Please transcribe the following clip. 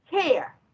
care